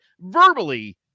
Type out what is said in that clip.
verbally